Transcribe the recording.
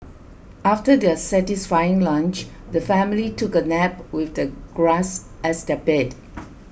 after their satisfying lunch the family took a nap with the grass as their bed